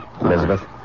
Elizabeth